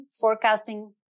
forecasting